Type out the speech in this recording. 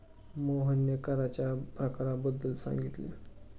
मोहनने कराच्या प्रकारांबद्दल सांगितले